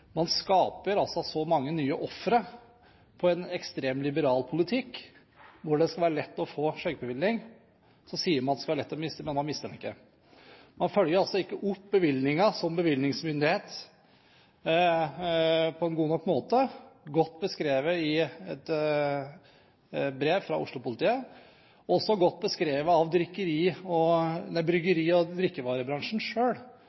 man skaper mange nye ofre for en ekstremt liberal politikk, og hvor det skal være lett å få skjenkebevilling. Så sier man at det skal være lett å miste den, men man mister den ikke. Man følger som bevillingsmyndighet altså ikke opp bevillinger på en god nok måte, noe som er godt beskrevet i et brev fra Oslo-politiet, og også godt beskrevet av bryggeri- og